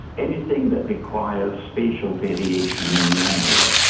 anything that required spatial variation in the embryo.